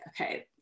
okay